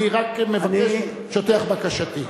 אני רק מבקש, שוטח בקשתי.